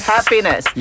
Happiness